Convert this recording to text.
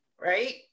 right